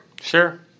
Sure